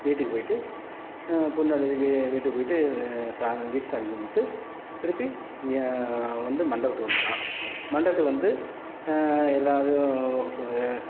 வீட்டுக்கு போயிட்டு பொண்ணு அழைச்சிட்டு வீட்டுக்கு போயிட்டு சாமி வீட்டு சாமி கும்பிட்டு திருப்பி வந்து மண்டபத்துக்கு வந்துடலாம் மண்டபத்துக்கு வந்து எல்லா இதுவும்